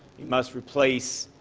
you must replace,